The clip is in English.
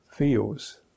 Feels